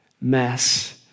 mess